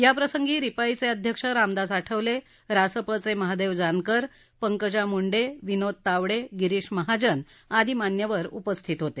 या प्रसंगी रिपाईचे अध्यक्ष रामदास आठवले रासपचे महादेव जानकर पकजा मुंडे विनोद तावडे गिरिश महाजन आदी मान्यवर उपस्थित होते